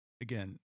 again